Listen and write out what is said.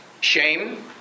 Shame